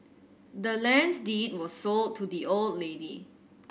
the land's deed was sold to the old lady